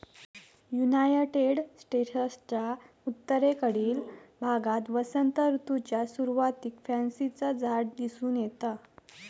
United स्टेट्सच्या उत्तरेकडील भागात वसंत ऋतूच्या सुरुवातीक पॅन्सीचा झाड दिसून येता